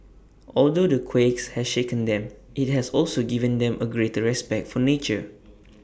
although the quakes has shaken them IT has also given them A greater respect for nature